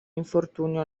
infortunio